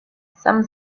some